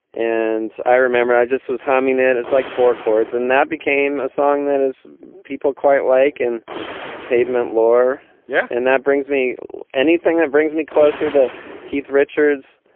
and i remember i just was humming it. it's like four chords and that became a song that is people quite like in pavement law yeah. and that brings me anything that brings me closer to keith richards,